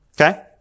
Okay